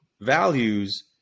values